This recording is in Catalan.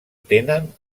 tenen